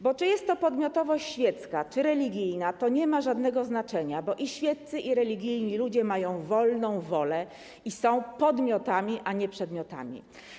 Bo czy jest to podmiotowość świecka, czy religijna, to nie ma żadnego znaczenia, bo i świeccy, i religijni ludzie mają wolną wolę i są podmiotami, a nie przedmiotami.